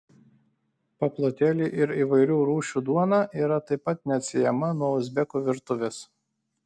paplotėliai ir įvairių rūšių duona yra taip pat neatsiejama nuo uzbekų virtuvės